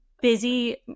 busy